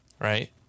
Right